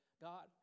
God